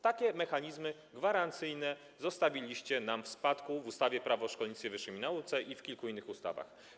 Takie mechanizmy gwarancyjne zostawiliście nam w spadku w ustawie Prawo o szkolnictwie wyższym i nauce i w kilku innych ustawach.